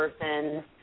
person